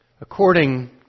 According